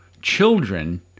children